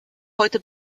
heute